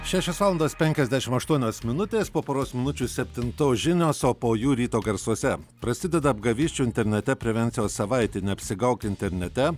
šešios valandos penkiasdešim aštuonios minutės po poros minučių septintos žinios o po jų ryto garsuose prasideda apgavysčių internete prevencijos savaitė neapsigauk internete